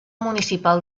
municipal